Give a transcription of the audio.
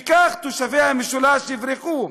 וכך תושבי המשולש יברחו.